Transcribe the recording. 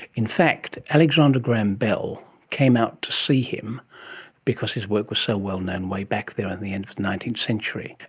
in fact alexander graham bell came out to see him because his work was so well known way back there in the end of the nineteenth century,